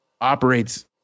operates